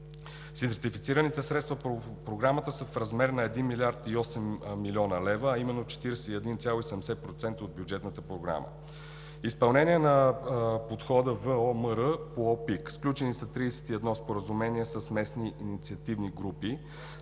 сертифицираните средства по Програмата са в размер на 1 млрд. 8 млн. лв., а именно 41,70% от бюджетната програма. Изпълнение на подхода ВОМР по ОПИК. Сключени са 31 споразумения с местни инициативни групи